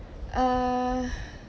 uh